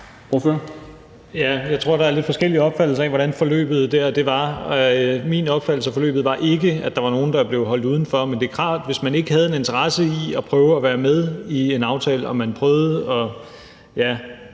Jeg tror, der er en lidt forskellig opfattelse af, hvordan forløbet var. Min opfattelse af forløbet var ikke, at der var nogen, der blev holdt udenfor, men det er klart, at hvis man ikke havde en interesse i at prøve at være med i en aftale og man prøvede at